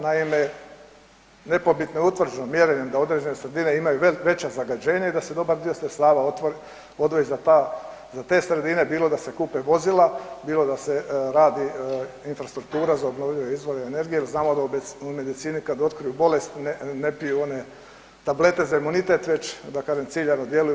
Naime, nepobitno je utvrđeno mjerenjem da određene sredine imaju veća zagađenja i da se dobar dio sredstava odredi za te sredine bilo da se kupe vozila, bilo da se radi infrastruktura za obnovljive izvore energije jer znamo da u medicini kada otkriju bolest ne piju one tablete za imunitet, već da kažem ciljano djeluju.